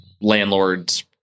landlords